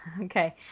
Okay